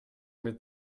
mit